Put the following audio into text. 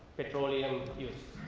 petroleum use.